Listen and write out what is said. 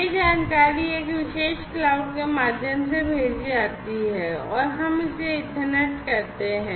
यह जानकारी एक विशेष क्लाउड के माध्यम से भेजी जाती है और हम इसे ईथरनेट कहते हैं